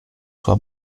sua